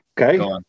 Okay